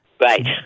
Right